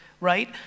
right